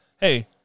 hey